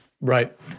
Right